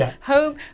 home